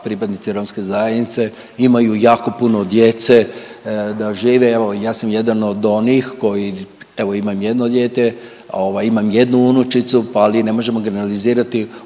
pripadnici romske zajednice imaju jako puno djece, da žive, evo ja sam jedan od onih koji evo imam jedno dijete, ovaj imam jednu unučicu, pa ali ne možemo generalizirati u